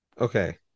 Okay